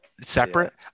separate